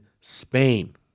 Spain